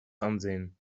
ansehen